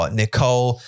nicole